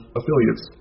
affiliates